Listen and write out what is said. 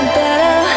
better